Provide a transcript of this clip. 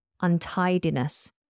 untidiness